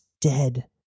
dead